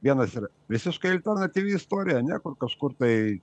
vienas yra visiškai alternatyvi istorija ane kur kažkur tai